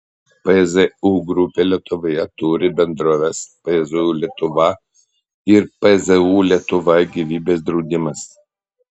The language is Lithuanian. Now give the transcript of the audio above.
pzu grupė lietuvoje turi bendroves pzu lietuva ir pzu lietuva gyvybės draudimas